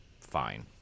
fine